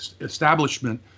establishment